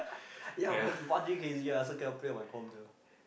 ya the bungee crazy right so cannot play on my com sia